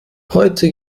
heute